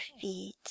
feet